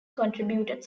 contributed